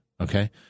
okay